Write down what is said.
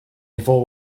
before